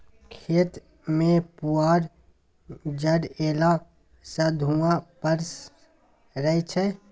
खेत मे पुआर जरएला सँ धुंआ पसरय छै